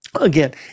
Again